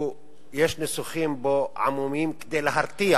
יש בו ניסוחים עמומים כדי להרתיע